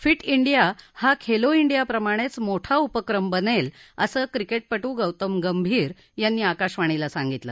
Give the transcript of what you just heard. फि India हा Khelo India प्रमाणेच मोठा उपक्रम बनेल असं क्रिकेशिगौतम गंभीर यांनी आकाशवाणीला सांगितलं